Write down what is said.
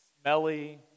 smelly